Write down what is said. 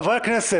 חברי הכנסת.